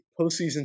postseason